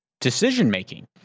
decision-making